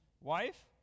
wife